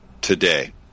today